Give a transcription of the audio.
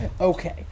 Okay